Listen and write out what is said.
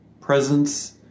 presence